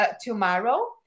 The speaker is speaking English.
tomorrow